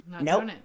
nope